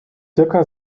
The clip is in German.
zirka